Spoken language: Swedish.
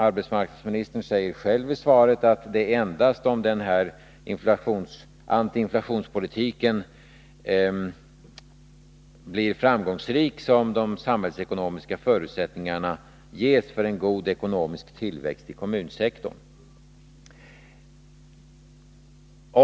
Arbetsmarknadsministern säger också i svaret att det endast är om antiinflationspolitiken blir framgångsrik som samhällsekonomiska förutsättningar ges för en god tillväxt i kommunsektorn.